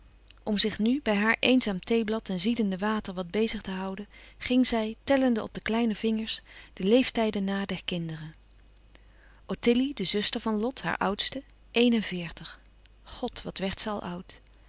om zich nu bij haar eenzaam theeblad en ziedende water wat bezig te houden ging zij tellende op de kleine vingers de leeftijden na der kinderen ottilie de zuster van lot haar oudste een en veertig god wat werd ze al oud